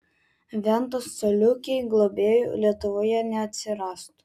ventos coliukei globėjų lietuvoje neatsirastų